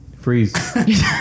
freeze